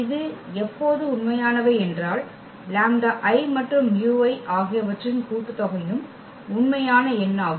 இது எப்போது உண்மையானவை என்றால் மற்றும் ஆகியவற்றின் கூட்டுத்தொகையும் உண்மையான எண்ணாகும்